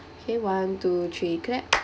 okay one two three clap